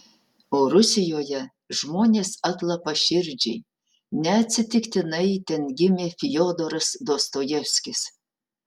o rusijoje žmonės atlapaširdžiai neatsitiktinai ten gimė fiodoras dostojevskis